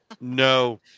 no